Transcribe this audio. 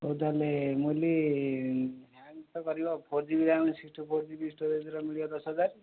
ହଉ ତାହେଲେ ମୁଁ କହିଲି ହ୍ୟାଙ୍ଗ ତ କରିବ four G B RAM sixty four G B storage ର ମିଳିବ ଦଶହଜାର